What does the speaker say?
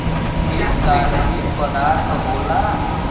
एक कार्बनिक पदार्थ होला